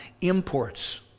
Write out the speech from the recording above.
imports